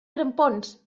grampons